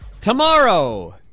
Tomorrow